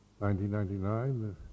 1999